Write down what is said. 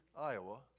Iowa